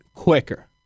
quicker